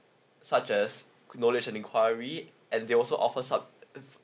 such as knowledge and enquiry and they also offers sub~